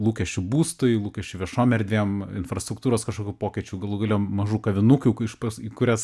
lūkesčių būstui lūkesčių viešom erdvėm infrastruktūros kažkokių pokyčių galų gale mažų kavinukių iš pas į kurias